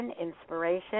inspiration